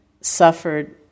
suffered